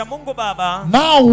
now